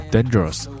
Dangerous